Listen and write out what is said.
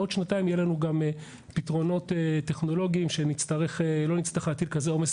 בעוד שנתיים יהיו לנו גם פתרונות טכנולוגיים ולא נצטרך להטיל עומס